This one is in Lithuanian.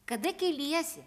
kada keliesi